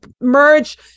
merge